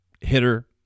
hitter